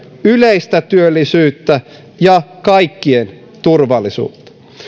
yleistä työllisyyttä ja kaikkien turvallisuutta